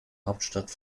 hauptstadt